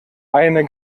eine